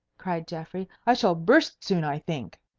cried geoffrey. i shall burst soon, i think.